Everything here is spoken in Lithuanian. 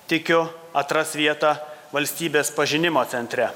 tikiu atras vietą valstybės pažinimo centre